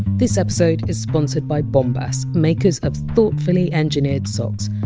this episode is sponsored by bombas, makers of thoughtfully engineered socks.